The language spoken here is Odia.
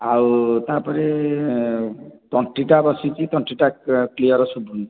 ଆଉ ତାପରେ ତଣ୍ଟିଟା ବସିଛି ତଣ୍ଟିଟା କ୍ଲିଅର ଶୁଭୁନି